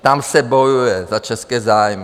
Tam se bojuje za české zájmy.